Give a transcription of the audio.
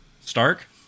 stark